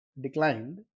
declined